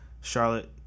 Charlotte